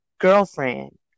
girlfriend